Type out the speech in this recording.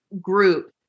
group